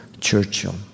Churchill